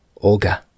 Olga